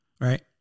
Right